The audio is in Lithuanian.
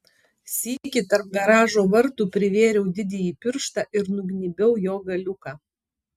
sykį tarp garažo vartų privėriau didįjį pirštą ir nugnybiau jo galiuką